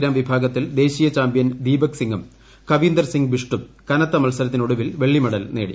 gram വിഭാഗത്തിൽ ദേശീയ champion Deepak സിംഗും കവീന്ദർ സിംഗ് ബിഷ്ടും കനത്ത മത്സരത്തിനൊടുവിൽ വെള്ളിമെഡൽ നേടി